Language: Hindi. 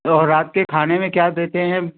और रात के खाने में क्या देते हैं